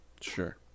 Sure